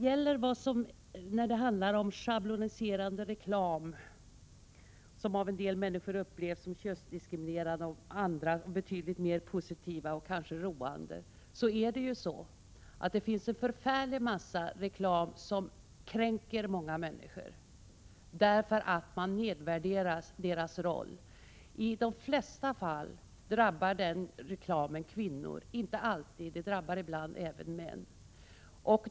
I fråga om schabloniserande reklam, som av en del människor upplevs som könsdiskriminerande, av andra betydligt mer positiv och roande, är det ju så att det finns en förfärlig massa reklam som kränker många människor, därför att den nedvärderar deras roll. I de flesta fall drabbar den reklamen kvinnor — inte alltid; den drabbar ibland även män.